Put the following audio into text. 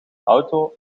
auto